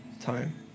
time